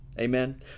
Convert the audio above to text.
Amen